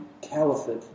caliphate